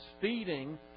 feeding